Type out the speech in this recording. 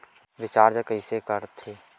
Recharge कइसे कर थे?